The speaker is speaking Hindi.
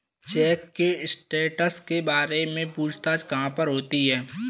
चेक के स्टैटस के बारे में पूछताछ कहाँ पर होती है?